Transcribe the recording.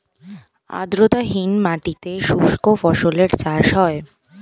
আর্দ্রতাহীন মাটিতে শুষ্ক ফসলের চাষ হয়